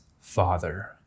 Father